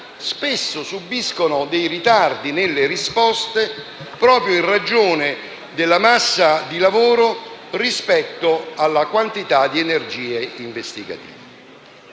patiscono dei ritardi nelle risposte proprio in ragione della massa di lavoro rispetto alla quantità di energie investigative.